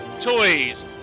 toys